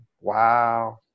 wow